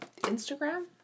Instagram